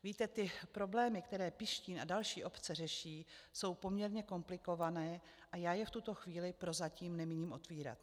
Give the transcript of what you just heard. Víte, ty problémy, které Pištín a další obce řeší, jsou poměrně komplikované a já je v tuto chvíli prozatím nemíním otevírat.